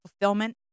fulfillment